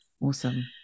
Awesome